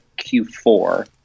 Q4